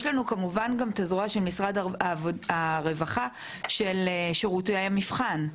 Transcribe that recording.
יש לנו כמובן גם את הזרוע של משרד הרווחה של שירותי המבחן,